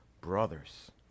brothers